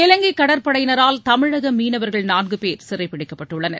இலங்கை கடற்படையினரால் தமிழக மீனவர்கள் நான்கு பேர் சிறை பிடிக்கப்பட்டுள்ளனர்